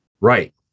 Right